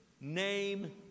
name